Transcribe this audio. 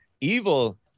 evil